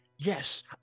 Yes